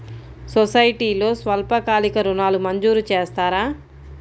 సొసైటీలో స్వల్పకాలిక ఋణాలు మంజూరు చేస్తారా?